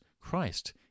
Christ